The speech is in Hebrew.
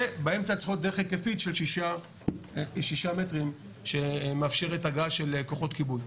ובאמצע צריכה להיות דרך היקפית של 6 מטרים שמאפשרת הגעה של כוחות כיבוי.